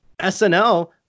snl